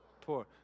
poor